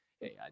Hey